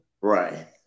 Right